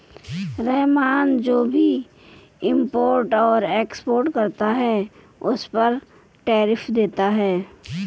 रहमान जो भी इम्पोर्ट और एक्सपोर्ट करता है उस पर टैरिफ देता है